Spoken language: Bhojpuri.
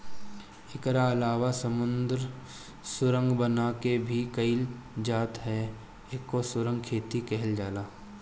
एकरा अलावा समुंदर सुरंग बना के भी कईल जात ह एके सुरंग खेती कहल जाला